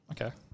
Okay